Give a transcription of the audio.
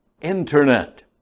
internet